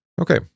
Okay